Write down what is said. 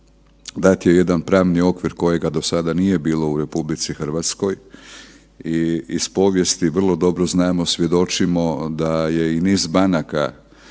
dat je jedan pravni okvir kojega do sada nije bilo u RH i iz povijesti vrlo dobro znamo, svjedočimo da je i niz banaka